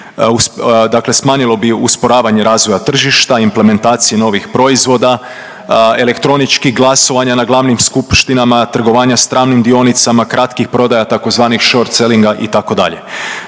dakle smanjilo bi usporavanje razvoja tržišta, implementacije novih proizvoda, elektroničkih glasovanja na glavnih skupštinama, trgovanja stranim dionicama, kratkih prodaja tzv. short seelinga itd.